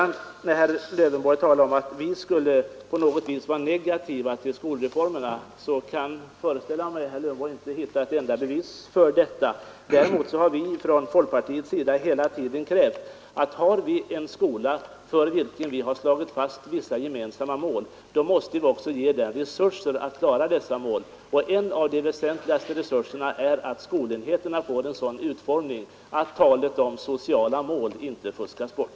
När herr Lövenborg talar om att vi på något sätt skulle vara negativa till skolreformerna, är jag övertygad om att han inte kan hitta ett enda bevis för detta påstående. Däremot har vi från folkpartiets sida hela tiden krävt att om vi nu har en skola, för vilken vi har slagit fast vissa gemensamma mål, så måste vi också ge den resurser att uppfylla dessa mål. En av de väsentligaste resurserna är att skolenheterna får en sådan utformning att talet om sociala mål inte fuskas bort.